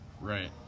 Right